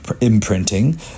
imprinting